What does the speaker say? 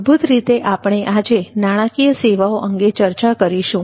મૂળભૂત રીતે આપણે આજે નાણાકીય સેવાઓ અંગે ચર્ચા કરીશું